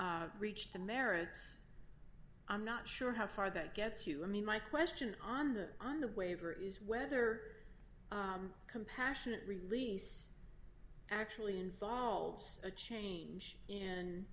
reached the merits i'm not sure how far that gets you i mean my question on the on the waiver is whether a compassionate release actually involves a change